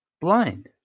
Blind